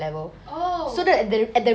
oh